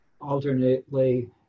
Alternately